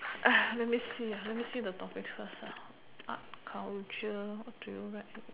let me see let me see the topics first ah art culture what do you write